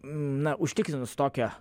na užtikrinus tokią